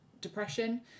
depression